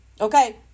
Okay